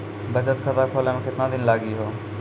बचत खाता खोले मे केतना दिन लागि हो?